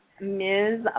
Ms